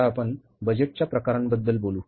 आता आपण बजेटच्या प्रकारांबद्दल बोलू